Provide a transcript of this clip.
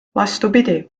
vastupidi